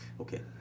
Okay